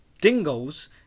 dingoes